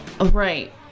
right